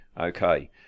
Okay